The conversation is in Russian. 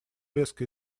резко